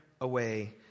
away